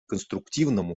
конструктивному